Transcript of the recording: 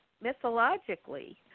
mythologically